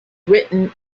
written